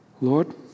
Lord